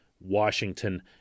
Washington